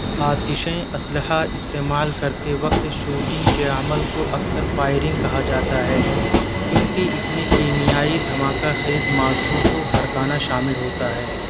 آتشیں اسلحہ استعمال کرتے وقت شوٹنگ کے عمل کو اکثر فائرنگ کہا جاتا ہے کیونکہ اس میں کیمیائی دھماکہ خیز مادوں کو بھڑکانا شامل ہوتا ہے